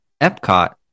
Epcot